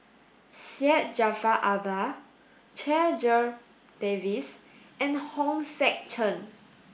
Syed Jaafar Albar Checha Davies and Hong Sek Chern